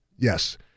Yes